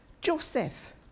Joseph